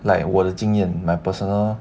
like 我的经验 my personal